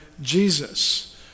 Jesus